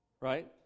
right